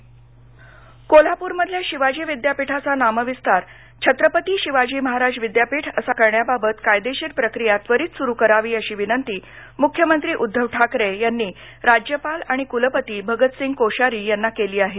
नामविस्तार कोल्हापूरमधल्या शिवाजी विद्यापीठाचा नामविस्तार छत्रपती शिवाजी महाराज विद्यापीठ असा करण्याबाबत कायदेशीर प्रक्रिया त्वरित सुरु करावी अशी विनंती मुख्यमंत्री उद्दव ठाकरे यांनी राज्यपाल आणि कुलपती भगतसिंह कोश्यारी यांना केली आहे